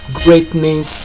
greatness